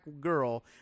girl